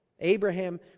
Abraham